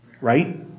right